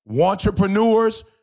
entrepreneurs